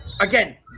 again